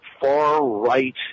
far-right